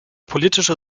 politische